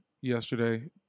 yesterday